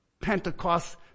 Pentecost